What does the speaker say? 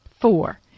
four